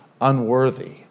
unworthy